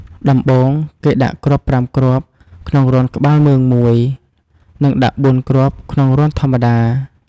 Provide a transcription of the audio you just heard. ដំបូង គេដាក់គ្រាប់៥គ្រាប់ ក្នុងរន្ធក្បាលមឿង១ និងដាក់៤គ្រាប់ ក្នុងរន្ធធម្មតា។